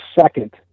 second